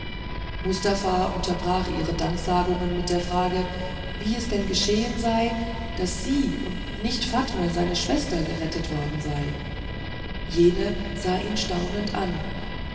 mustafa unterbrach ihre danksagungen mit der frage wie es denn geschehen sei daß sie und nicht fatme seine schwester gerettet worden sei jene sah ihn staunend an